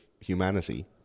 humanity